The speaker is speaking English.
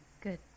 good